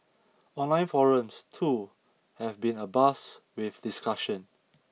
online forums too have been abuzz with discussion